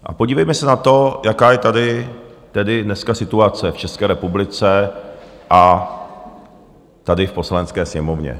A podívejme se na to, jaká je tady tedy dneska situace v České republice a tady v Poslanecké sněmovně.